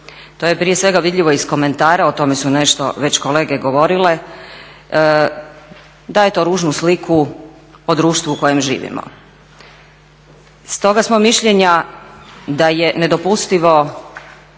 To je prije svega vidljivo iz komentara, o tome su nešto već kolege govorile. Daje to ružnu sliku o društvu u kojem živimo. Stoga smo mišljenja da je nedopustivo